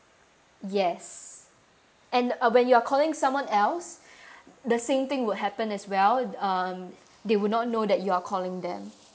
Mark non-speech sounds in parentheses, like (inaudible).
yes and uh when you're calling someone else (breath) the same thing would happen as well um they would not know that you're calling them